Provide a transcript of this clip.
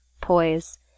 poise